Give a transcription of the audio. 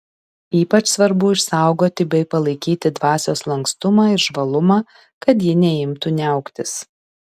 ypač svarbu išsaugoti bei palaikyti dvasios lankstumą ir žvalumą kad ji neimtų niauktis